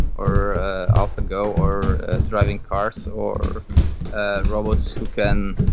or alphago, or driving cars, or ah robots who can